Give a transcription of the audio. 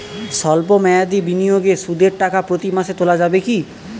সল্প মেয়াদি বিনিয়োগে সুদের টাকা প্রতি মাসে তোলা যাবে কি?